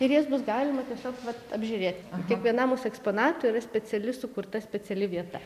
ir jas bus galima tiesiog vat apžiūrėti kiekvienam mūsų eksponatui yra speciali sukurta speciali vieta